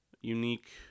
unique